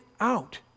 out